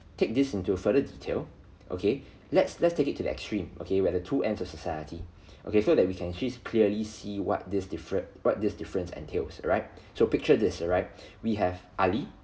take this into further detail okay let's let's take it to the extreme okay where the two enter society okay so that we can just clearly see what these different what this difference entails alright so picture this alright we have Ali